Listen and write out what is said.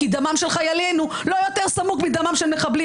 כי דמם של חיילינו לא יותר סמוק מדמם של מחבלים